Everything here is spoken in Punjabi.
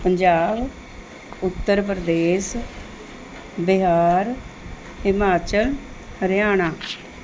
ਪੰਜਾਬ ਉੱਤਰ ਪ੍ਰਦੇਸ਼ ਬਿਹਾਰ ਹਿਮਾਚਲ ਹਰਿਆਣਾ